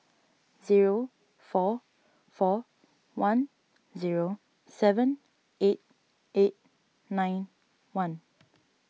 zero four four one zero seven eight eight nine one